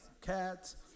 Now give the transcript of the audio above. cats